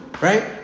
right